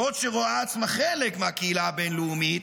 זאת שרואה עצמה חלק מהקהילה הבין-לאומית,